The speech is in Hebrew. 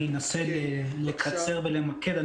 אנסה לקצר ולמקד.